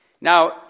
Now